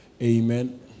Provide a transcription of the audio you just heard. Amen